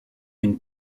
une